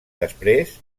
després